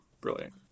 Brilliant